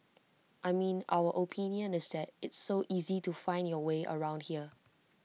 I mean our opinion is that it's so easy to find your way around here